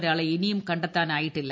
ഒരാളെ ഇനിയും കണ്ടെത്താനായിട്ടില്ല